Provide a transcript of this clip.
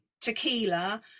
tequila